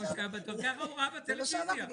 כך הוא ראה בטלוויזיה.